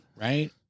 right